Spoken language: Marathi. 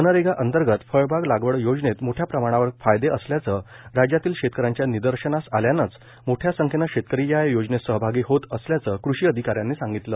मनरेगा अंतर्गत फळबाग लागवड योजनेत मोठ्या प्रमाणावर फायदे असल्याचं राज्यातील शेतकऱ्यांच्या निदर्शनास आल्यानंच मोठ्या संख्येनं शेतकरी या योजनेत सहभागी होत असल्याचं कृषी अधिकाऱ्यांनी सांगितलं